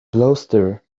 bolster